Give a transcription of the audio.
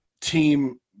team